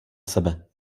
sebe